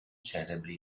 celebri